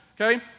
okay